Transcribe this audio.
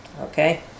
Okay